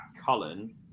Cullen